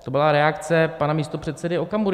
To byla reakce pana místopředsedy Okamury.